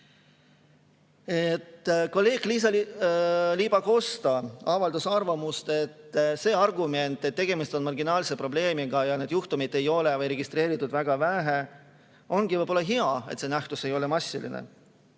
Kolleeg Liisa-Ly Pakosta avaldas arvamust: argument, et tegemist on marginaalse probleemiga ja neid juhtumeid ei ole või on registreeritud väga vähe, ongi võib-olla hea. See nähtus ei ole massiline.